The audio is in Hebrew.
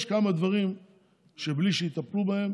יש כמה דברים שבלי שיטפלו בהם